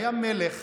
היה מלך